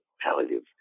palliative